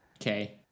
Okay